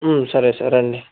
సరే సార్ రండి